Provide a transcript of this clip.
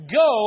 go